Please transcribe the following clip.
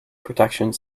protections